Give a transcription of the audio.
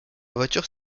voiture